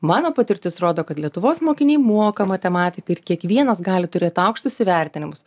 mano patirtis rodo kad lietuvos mokiniai moka matematiką ir kiekvienas gali turėt aukštus įvertinimus